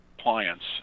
clients